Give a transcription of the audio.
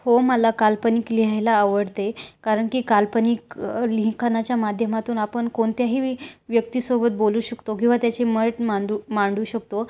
हो मला काल्पनिक लिहायला आवडते कारण की काल्पनिक लिखाणाच्या माध्यमातून आपण कोणत्याही वि व्यक्तीसोबत बोलू शकतो किंवा त्याची मत मांडू मांडू शकतो